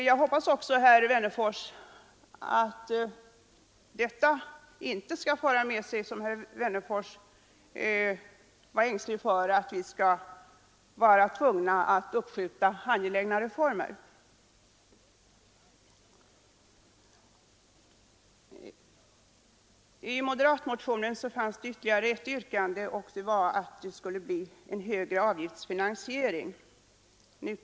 Jag hoppas också att detta inte skall föra med sig — som herr Wennerfors var ängslig för — att vi skall vara tvungna uppskjuta angelägna reformer. I moderatmotionen finns ytterligare ett yrkande, nämligen att det skall bli en utredning om större avgiftsfinansiering.